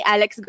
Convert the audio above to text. Alex